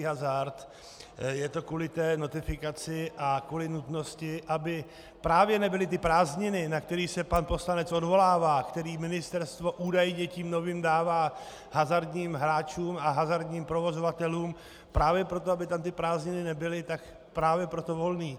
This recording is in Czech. Je to kvůli té notifikaci a kvůli nutnosti, aby právě nebyly ty prázdniny, na které se pan poslanec odvolává, které ministerstvo údajně tím novým dává hazardním hráčům a hazardním provozovatelům, tak právě proto, aby tam ty prázdniny nebyly, tak právě proto Volný.